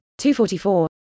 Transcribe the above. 244